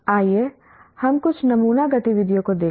आइए हम कुछ नमूना गतिविधियों को देखें